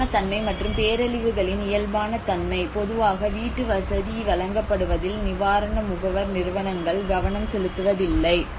இயல்பான தன்மை மற்றும் பேரழிவுகளின் இயல்பான தன்மை பொதுவாக வீட்டுவசதி வழங்கப்படுவதில் நிவாரண முகவர் நிறுவனங்கள் கவனம் செலுத்துவதில்லை